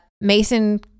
Mason